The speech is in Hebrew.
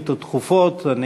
דחופות,